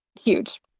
huge